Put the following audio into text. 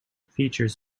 features